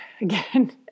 again